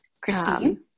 Christine